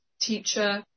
teacher